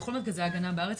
בכל מרכזי ההגנה בארץ,